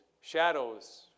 shadows